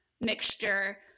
mixture